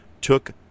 took